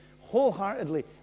wholeheartedly